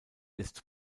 ist